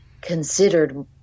considered